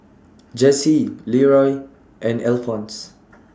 Jessye Leeroy and Alfonse